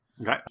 Okay